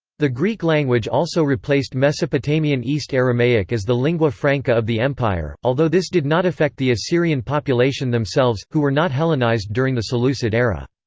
the greek language also replaced mesopotamian east aramaic as the lingua franca of the empire, although this did not affect the assyrian population themselves, who were not hellenised during the seleucid era.